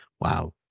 wow